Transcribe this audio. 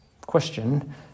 question